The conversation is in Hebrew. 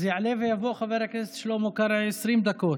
אז יעלה ויבוא חבר הכנסת שלמה קרעי, 20 דקות.